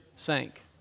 sank